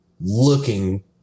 looking